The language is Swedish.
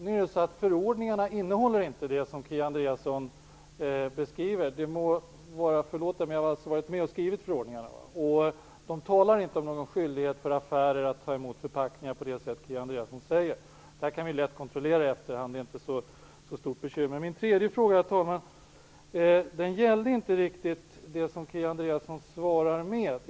Men förordningarna innehåller inte det som Kia Andreasson beskriver. Det må vara mig förlåtet att jag säger - jag var nämligen med när förordningarna skrevs - att det inte talas om någon skyldighet för affärer att ta emot förpackningar på det sätt som Kia Andreasson beskriver. Detta kan lätt kontrolleras i efterhand, så det är inget stort bekymmer. Min tredje fråga, herr talman, gällde inte riktigt det som Kia Andreasson tog upp i sitt svar.